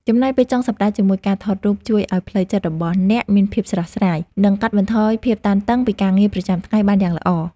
ចំណាយពេលចុងសប្តាហ៍ជាមួយការថតរូបជួយឱ្យផ្លូវចិត្តរបស់អ្នកមានភាពស្រស់ស្រាយ និង កាត់បន្ថយភាពតានតឹងពីការងារប្រចាំថ្ងៃបានយ៉ាងល្អ។